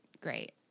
great